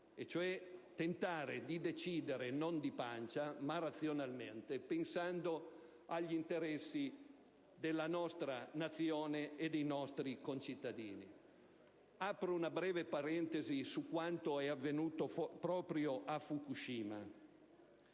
tentare di decidere non «di pancia», ma razionalmente, pensando agli interessi della nostra Nazione e dei nostri concittadini. Apro una breve parentesi su quanto è avvenuto proprio a Fukushima.